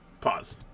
Pause